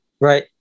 Right